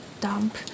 dump